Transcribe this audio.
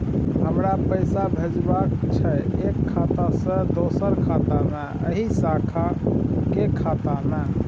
हमरा पैसा भेजबाक छै एक खाता से दोसर खाता मे एहि शाखा के खाता मे?